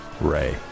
ray